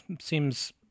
seems